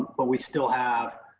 but we still have,